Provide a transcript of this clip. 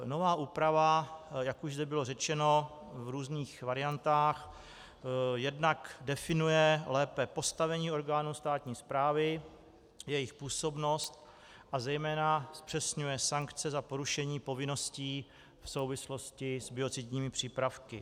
Nová úprava, jak už zde bylo řečeno v různých variantách, jednak lépe definuje postavení orgánů státní správy, jejich působnost a zejména zpřesňuje sankce za porušení povinností v souvislosti s biocidními přípravky.